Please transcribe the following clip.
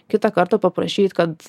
kitą kartą paprašyt kad